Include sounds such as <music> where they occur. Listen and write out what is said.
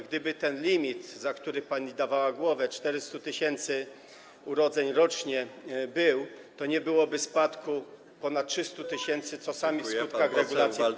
Gdyby był ten limit, za który pani dawała głowę, 400 tys. urodzeń rocznie, to nie byłoby spadku ponad 300 tys., <noise> co sami w skutkach regulacji opisujecie.